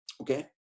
Okay